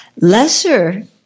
Lesser